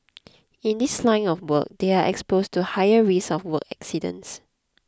in this line of work they are exposed to higher risk of work accidents